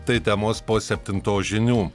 tai temos po septintos žinių